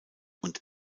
und